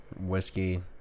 whiskey